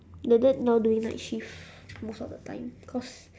the dad now doing night shift most of the time cause